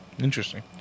Interesting